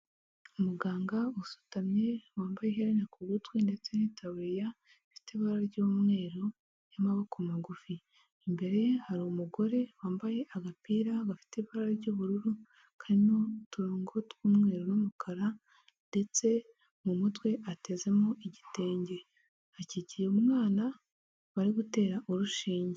Umuganga usutamye wambaye iherena ku gutwi ndetse n'itariya ifite ibara ry'umweru y'amaboko magufi ,imbere hari umugore wambaye agapira gafite ibara ry'ubururu karimo n'uturongo tw'umweru n'umukara ndetse mu mutwe atezemo igitenge ,akikiye umwana bari gutera urushinge.